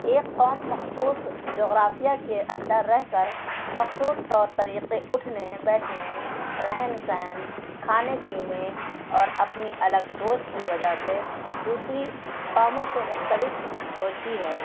ایک قوم مخصوص جغرافیہ کے اندر رہ کر مخصوص طور طریقے اٹھنے بیٹھنے رہن سہن کھانے پینے اور اپنی الگ سوچ کی وجہ سے دوسری قموں سے مختلف ہوتی ہے